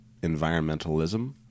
environmentalism